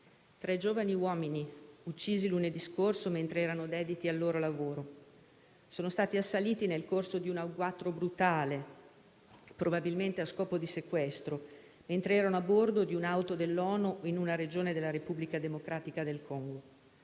tre giovani uomini uccisi lunedì scorso mentre erano dediti al loro lavoro. Sono stati assaliti nel corso di un agguato brutale, probabilmente a scopo di sequestro, mentre erano a bordo di un'auto dell'ONU in una regione della Repubblica democratica del Congo